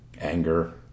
anger